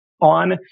on